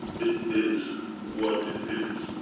it is what it is.